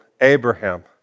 Abraham